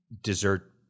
dessert